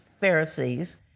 Pharisees